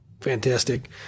Fantastic